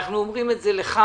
אנחנו אומרים את זה לך,